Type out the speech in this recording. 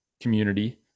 community